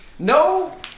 No